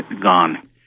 gone